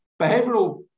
behavioral